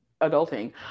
adulting